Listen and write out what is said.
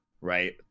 right